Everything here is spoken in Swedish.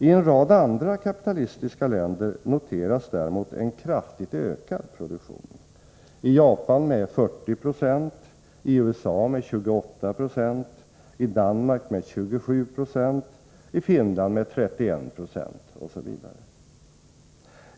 I en rad andra kapitalistiska länder noteras däremot en kraftigt ökad produktion —-i Japan med 40 26, i USA med 2896, i Danmark med 27 96, i Finland med 31 Z osv.